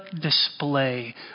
display